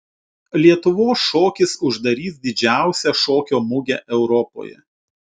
lietuvos šokis uždarys didžiausią šokio mugę europoje